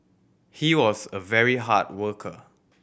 he was a very hard worker